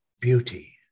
beauty